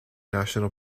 national